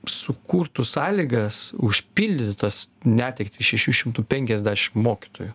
sukurtų sąlygas užpildyti tas netektį šešių šimtų penkiasdešimt mokytojų